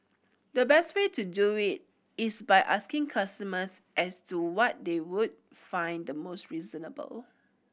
the best way to do we is by asking customers as to what they would find the most reasonable